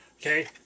Okay